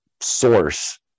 source